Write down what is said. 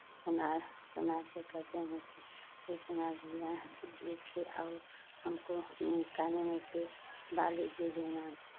सुनार सुनार से कहते हैं कि ये सुनार जी एक और हम को ना काने में के बाली दे देना